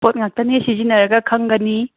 ꯄꯣꯠ ꯉꯥꯛꯇꯅꯦ ꯁꯤꯖꯤꯟꯅꯔꯒ ꯈꯪꯒꯅꯤ